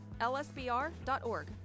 lsbr.org